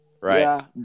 right